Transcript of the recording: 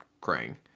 crying